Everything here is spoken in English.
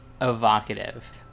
evocative